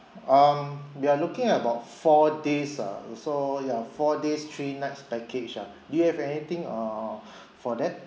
um we are looking about four days uh also ya four days three nights package ah do you have anything err for that